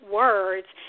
words